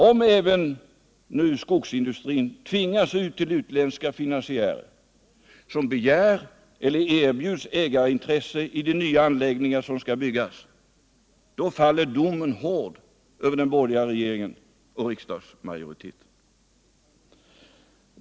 Om nu även skogsindustrin tvingas ut till utländska finansiärer, som begär eller erbjuds ägarintressen i de nya anläggningar som skall byggas, faller domen hård över den borgerliga regeringen och riksdagsmajoriteten.